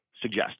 suggest